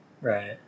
right